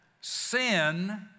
sin